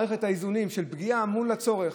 מערכת האיזונים של פגיעה מול הצורך.